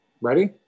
Ready